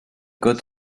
côtes